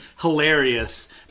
hilarious